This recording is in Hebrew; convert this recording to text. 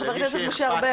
חבר הכנסת משה ארבל.